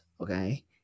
okay